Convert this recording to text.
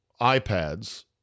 iPads